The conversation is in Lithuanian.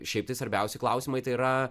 šiaip tai svarbiausi klausimai tai yra